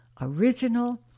original